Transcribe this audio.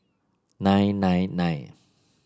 nine nine nine